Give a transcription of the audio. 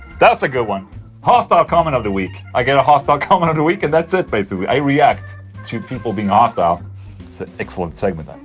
that's a good one hostile comment of the week, i get a hostile comment of the week and that's it basically. i react to people being ah hostile, that's an excellent segment